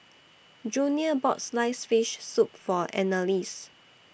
Junior bought Sliced Fish Soup For Annalise